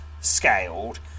scaled